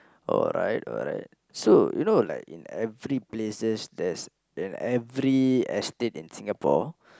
alright alright so you know like in every places there's in every estates in Singapore